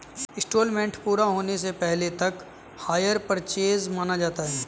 instalment पूरा होने से पहले तक हायर परचेस माना जाता है